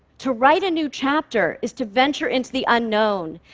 to write a new chapter is to venture into the unknown.